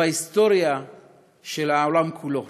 ובהיסטוריה של העולם כולו.